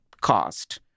cost